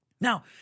Now